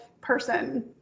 person